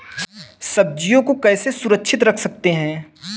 सब्जियों को कैसे सुरक्षित रख सकते हैं?